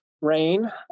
Rain